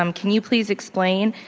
um can you please explain?